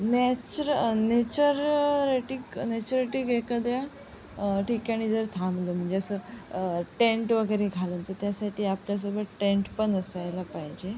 nature नेचररेटीक नेचरेटीक एखाद्या ठिकाणी जर थांबलो म्हणजे असं टेंट वगैरे घालून तर त्यासाठी आपल्यासोबत टेंट पण असायला पाहिजे